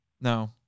no